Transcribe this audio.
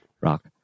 rock